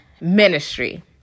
ministry